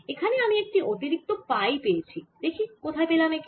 এখানে আমি একটি অতিরিক্ত পাই পেয়েছি দেখি কোথায় পেলাম একে